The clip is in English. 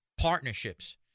partnerships